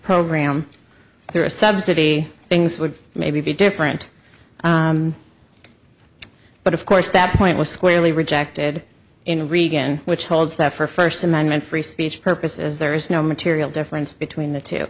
program through a subsidy things would maybe be different but of course that point was squarely rejected in the reagan which holds that for first amendment free speech purposes there is no material difference between the two